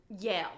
Yale